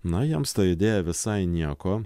na jiems ta idėja visai nieko